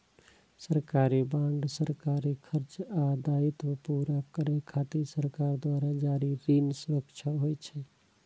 सरकारी बांड सरकारी खर्च आ दायित्व पूरा करै खातिर सरकार द्वारा जारी ऋण सुरक्षा होइ छै